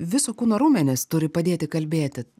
viso kūno raumenys turi padėti kalbėti